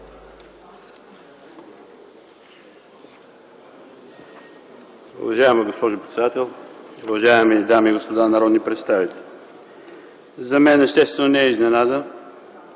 Уважаема госпожо председател, уважаеми дами и господа народни представители! За мен естествено не е изненада,